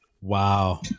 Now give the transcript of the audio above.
Wow